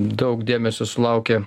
daug dėmesio sulaukė